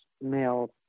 male